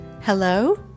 Hello